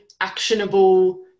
actionable